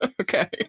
Okay